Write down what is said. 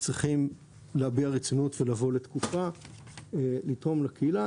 צריכים להביע רצינות ולבוא לתקופה ולתרום לקהילה,